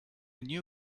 new